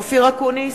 אופיר אקוניס,